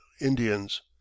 Indians